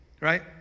right